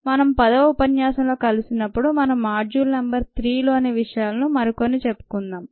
మనం 10వ ఉపన్యాసంలో కలిసినప్పుడు మనం మాడ్యూల్ నెంబరు 3లోని విషయాలను మరికొన్ని చెప్పుకుందాము